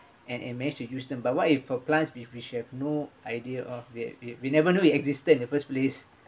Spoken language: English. and we manage to use them but what if for plants with which have no idea of it we we never know it existed in the first place